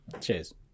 Cheers